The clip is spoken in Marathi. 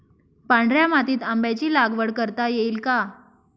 पांढऱ्या मातीत आंब्याची लागवड करता येईल का?